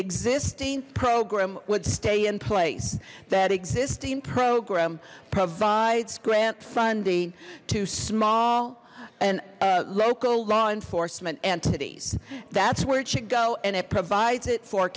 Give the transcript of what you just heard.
existing program would stay in place that existing program provides grant funding to small and local law enforcement entities that's where it should go and it provides it for